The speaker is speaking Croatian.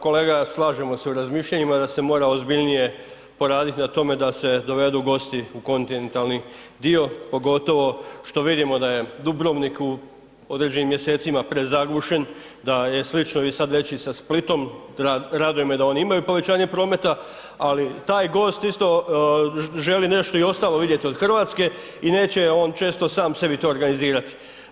kolega slažemo se u razmišljanjima da se mora ozbiljnije poradit na tome da se dovedu gosti u kontinentalni dio, pogotovo što vidimo da je Dubrovnik u određenim mjesecima prezagušen, da je slično i sad već i sa Splitom, raduje me da oni imaju povećanje prometa, ali taj gost isto želi nešto ostalo vidjeti od RH i neće on često sam sebi to organizirati.